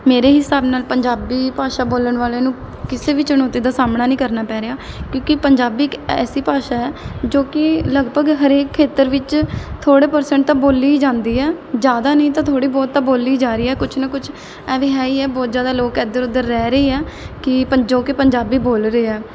ਮੇਰੇ ਹਿਸਾਬ ਨਾਲ ਪੰਜਾਬੀ ਭਾਸ਼ਾ ਬੋਲਣ ਵਾਲੇ ਨੂੰ ਕਿਸੇ ਵੀ ਚੁਣੌਤੀ ਦਾ ਸਾਹਮਣਾ ਨਹੀਂ ਕਰਨਾ ਪੈ ਰਿਹਾ ਕਿਉਂਕਿ ਪੰਜਾਬੀ ਇੱਕ ਐਸੀ ਭਾਸ਼ਾ ਹੈ ਜੋ ਕਿ ਲਗਭਗ ਹਰੇਕ ਖੇਤਰ ਵਿੱਚ ਥੋੜ੍ਹੇ ਪਰਸੈਂਟ ਤਾਂ ਬੋਲੀ ਜਾਂਦੀ ਹੈ ਜ਼ਿਆਦਾ ਨਹੀਂ ਤਾਂ ਥੋੜ੍ਹੇ ਬਹੁਤ ਤਾਂ ਬੋਲੀ ਜਾ ਰਹੀ ਆ ਕੁਛ ਨਾ ਕੁਛ ਐਵੇਂ ਹੈ ਹੀ ਹੈ ਬਹੁਤ ਜ਼ਿਆਦਾ ਲੋਕ ਇੱਧਰ ਉੱਧਰ ਰਹਿ ਰਹੇ ਆ ਕਿ ਪੰ ਜੋ ਕਿ ਪੰਜਾਬੀ ਬੋਲ ਰਹੇ ਹੈ